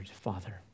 Father